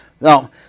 Now